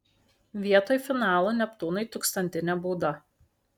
vietoj finalo neptūnui tūkstantinė bauda